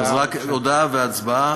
אז רק הודעה והצבעה.